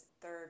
third